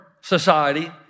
society